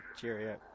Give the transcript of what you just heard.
Cheerio